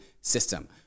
system